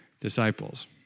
disciples